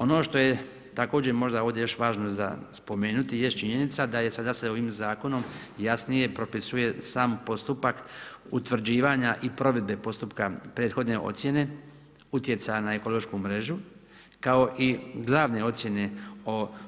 Ono što je također možda još ovdje važno za spomenuti jest činjenica da se sada ovim zakonom jasnije propisuje sam postupak utvrđivanja i provedbe postupka prethodne ocjene utjecaja na ekološku mrežu, kao i glavne ocjene